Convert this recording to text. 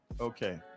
Okay